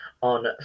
on